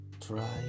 try